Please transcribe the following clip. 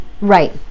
right